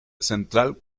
central